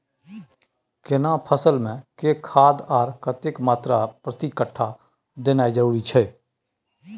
केना फसल मे के खाद आर कतेक मात्रा प्रति कट्ठा देनाय जरूरी छै?